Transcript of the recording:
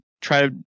try